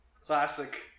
classic